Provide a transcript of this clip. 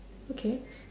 okay